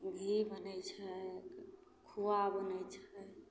घी बनै छै खुआ बनै छै